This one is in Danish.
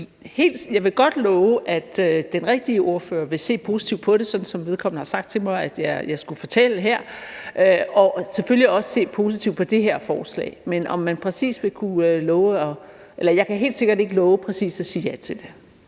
jeg vil godt love, at den rigtige ordfører vil se positivt på det, sådan som vedkommende har sagt til mig at jeg skulle fortælle her, og selvfølgelig også se positivt på det her forslag. Men jeg kan helt sikkert ikke love præcist at sige ja til det.